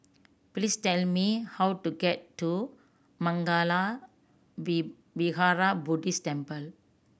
please tell me how to get to Mangala V Vihara Buddhist Temple